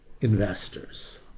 investors